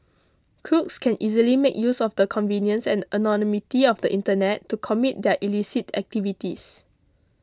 crooks can easily make use of the convenience and anonymity of the internet to commit their illicit activities